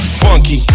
funky